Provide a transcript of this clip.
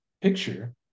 picture